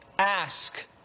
ask